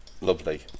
Lovely